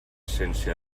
sense